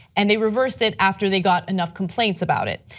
and they reversed it after they got enough complaints about it.